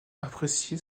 appréciée